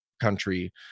country